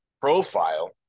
profile